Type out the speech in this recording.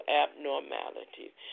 abnormalities